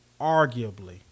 arguably